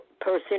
person